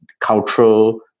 cultural